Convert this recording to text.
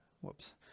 Whoops